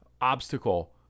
obstacle